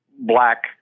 black